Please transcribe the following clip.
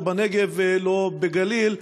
לא בנגב ולא בגליל.